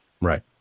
Right